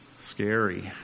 Scary